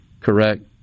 correct